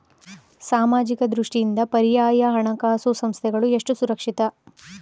ಸಾಮಾಜಿಕ ದೃಷ್ಟಿಯಿಂದ ಪರ್ಯಾಯ ಹಣಕಾಸು ಸಂಸ್ಥೆಗಳು ಎಷ್ಟು ಸುರಕ್ಷಿತ?